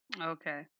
Okay